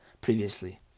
previously